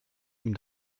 ihm